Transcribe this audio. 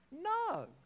No